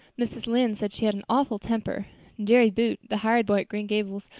mrs. lynde said she had an awful temper jerry buote, the hired boy at green gables,